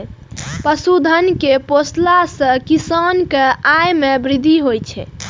पशुधन कें पोसला सं किसान के आय मे वृद्धि होइ छै